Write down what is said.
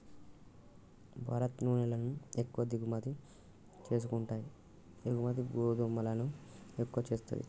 భారత్ నూనెలను ఎక్కువ దిగుమతి చేసుకుంటాయి ఎగుమతి గోధుమలను ఎక్కువ చేస్తది